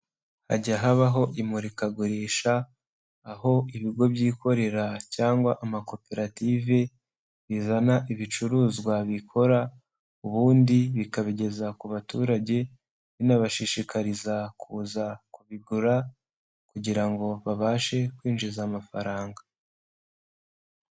Hajya habaho imurikagurisha, aho ibigo byikorera cyangwa amakoperative bizana ibicuruzwa bikora ubundi bikabigeza ku baturage, binabashishikariza kuza kubigura kugira ngo babashe kwinjiza amafaranga.